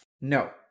No